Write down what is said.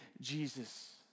Jesus